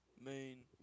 Main